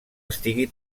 estigui